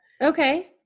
okay